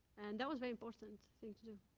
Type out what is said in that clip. and that was very important thing to do.